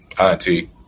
Auntie